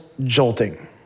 jolting